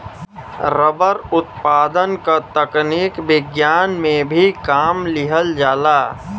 rubber उत्पादन क तकनीक विज्ञान में भी काम लिहल जाला